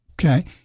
okay